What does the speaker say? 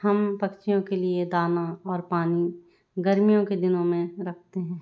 हम पक्षियों के लिए दाना और पानी गर्मियों के दिनों में रखते हैं